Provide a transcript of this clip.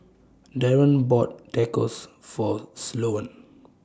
Darren bought Tacos For Sloane